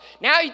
Now